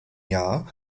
jahr